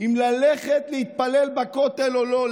אם ללכת להתפלל בכותל או לא.